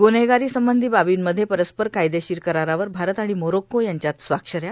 गुन्हेगारीसंबंधी बाबींमध्ये परस्पर कायदेशीर करारावर भारत आणि मारोक्को यांच्यात स्वाक्षऱ्या